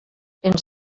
ens